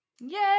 Yay